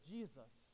Jesus